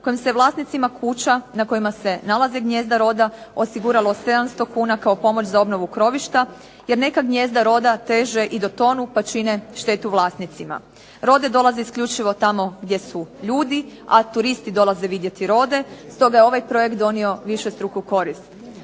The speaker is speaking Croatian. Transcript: kojim se vlasnicima kuća na kojima se nalaze gnijezda roda osiguralo 700 kuna kao pomoć za obnovu krovišta jer neka gnijezda roda teže i do tonu pa čine štetu vlasnicima. Rode dolaze isključivo tamo gdje su ljudi, a turisti dolaze vidjeti rode, stoga je ovaj projekt donio višestruku korist.